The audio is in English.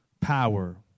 power